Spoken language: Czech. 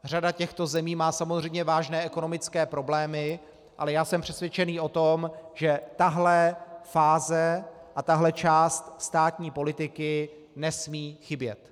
Řada těchto zemí má samozřejmě vážné ekonomické problémy, ale jsem přesvědčen o tom, že tahle fáze a tahle část státní politiky nesmí chybět.